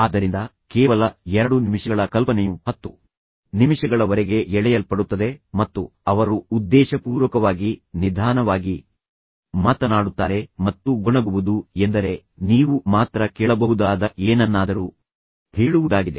ಆದ್ದರಿಂದ ಕೇವಲ 2 ನಿಮಿಷಗಳ ಕಲ್ಪನೆಯು 10 ನಿಮಿಷಗಳವರೆಗೆ ಎಳೆಯಲ್ಪಡುತ್ತದೆ ಮತ್ತು ಅವರು ಉದ್ದೇಶಪೂರ್ವಕವಾಗಿ ನಿಧಾನವಾಗಿ ಮಾತನಾಡುತ್ತಾರೆ ಮತ್ತು ಗೊಣಗುವುದು ಎಂದರೆ ನೀವು ಮಾತ್ರ ಕೇಳಬಹುದಾದ ಏನನ್ನಾದರೂ ಹೇಳುವುದಾಗಿದೆ